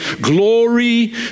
glory